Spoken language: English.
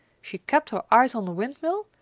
she kept her eyes on the windmill,